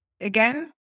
Again